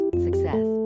success